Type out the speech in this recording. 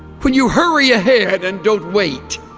when you hurry ahead and don't wait